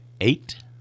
Eight